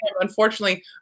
unfortunately